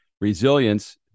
Resilience